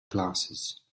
glasses